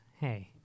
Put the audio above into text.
Hey